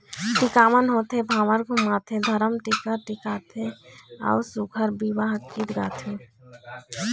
टिकावन होथे, भांवर घुमाथे, धरम टीका टिकथे अउ सुग्घर बिहाव गीत गाथे